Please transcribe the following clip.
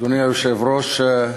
אדוני היושב-ראש,